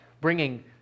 bringing